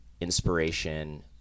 inspiration